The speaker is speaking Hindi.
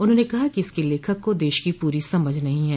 उन्होंने कहा कि इसके लेखक को देश की पूरी समझ नहीं है